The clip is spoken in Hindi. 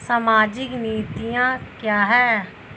सामाजिक नीतियाँ क्या हैं?